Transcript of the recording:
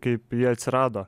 kaip ji atsirado